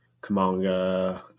Kamanga